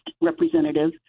representative